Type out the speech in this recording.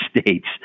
states